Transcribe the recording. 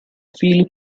philip